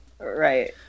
Right